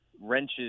wrenches